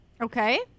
Okay